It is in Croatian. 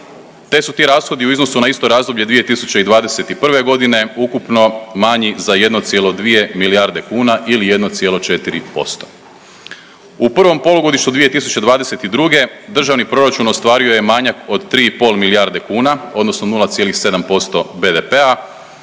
te su ti rashodi u iznosu na isto razdoblje 2021. godine ukupno manji za 1,2 milijarde kuna ili 1,4%. U prvom polugodištu 2022. državni proračun ostvario je manjak od 3,5 milijarde kuna odnosno 0,7% BDP-a.